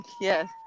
yes